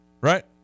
right